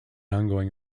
ongoing